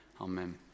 Amen